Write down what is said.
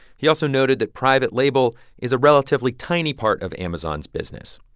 he also noted that private label is a relatively tiny part of amazon's business.